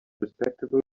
respectable